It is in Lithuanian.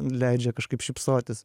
leidžia kažkaip šypsotis